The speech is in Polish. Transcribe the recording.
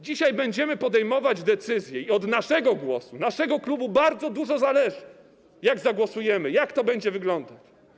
Dzisiaj będziemy podejmować decyzje - i od naszego głosu, naszego klubu bardzo dużo zależy - jak zagłosujemy, jak to będzie wyglądać.